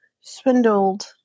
swindled